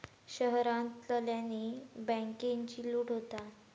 शहरांतल्यानी बॅन्केची लूट होता